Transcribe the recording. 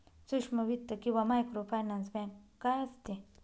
सूक्ष्म वित्त किंवा मायक्रोफायनान्स बँक काय असते?